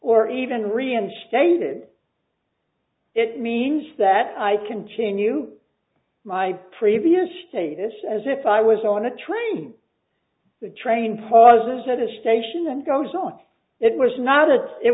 or even reinstated it means that i continue my previous status as if i was on a train the train pauses at a station and goes on it was not it it